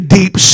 deep